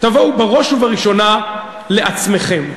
תבואו בראש ובראשונה לעצמכם,